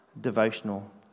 devotional